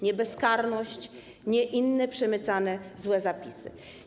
Nie bezkarność, nie inne przemycane złe zapisy.